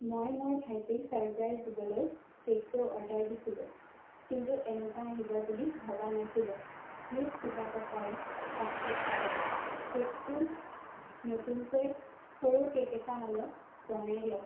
মই মোৰ ভাইটিক চাৰপ্ৰাইজ দিবলৈ কেকটো অৰ্ডাৰ দিছিলোঁ কিন্তু এনেকুৱা আহিব বুলি ভবা নাছিলোঁ প্লিজ কিবা প্ৰকাৰে সহায় কৰক কেকটো নতুনকৈ সৰু কেক এটা হ'লেও বনাই দিয়ক